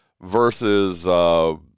versus